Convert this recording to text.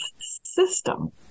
system